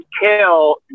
kill